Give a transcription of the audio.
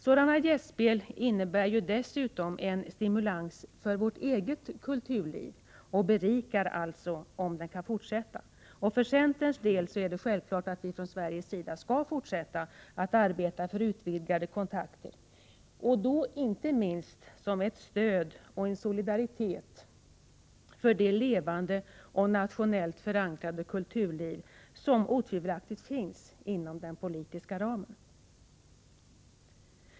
Sådana gästspel innebär dessutom en stimulans för vårt eget kulturliv och berikar alltså, om det kan fortsätta. För centern är det självklart att vi från Sveriges sida skall fortsätta att arbeta för utvidgade kontakter, inte minst som ett stöd för och i solidaritet med det levande, nationellt förankrade kulturliv som otvivelaktigt finns inom den politiska ramen.